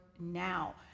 Now